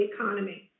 economy